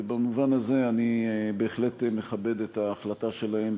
ובמובן הזה אני בהחלט מכבד את ההחלטה שלהן,